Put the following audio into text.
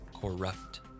corrupt